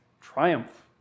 Triumph